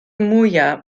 mwyaf